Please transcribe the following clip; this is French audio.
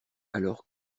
alors